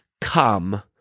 Come